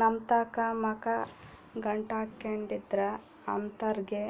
ನಮ್ತಾಕ ಮಕ ಗಂಟಾಕ್ಕೆಂಡಿದ್ರ ಅಂತರ್ಗೆ